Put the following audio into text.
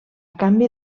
canvi